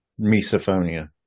misophonia